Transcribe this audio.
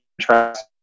trust